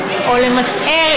או למצער,